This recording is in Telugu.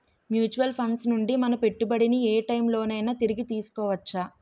మ్యూచువల్ ఫండ్స్ నుండి మన పెట్టుబడిని ఏ టైం లోనైనా తిరిగి తీసుకోవచ్చా?